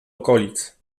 okolic